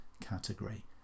category